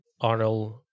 Arnold